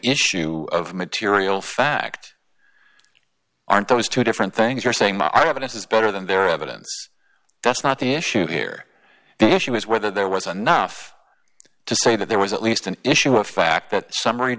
issue of material fact aren't those two different things you're saying my argument is better than their evidence that's not the issue here the issue is whether there was a nuff to say that there was at least an issue of fact that summary